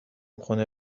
خونه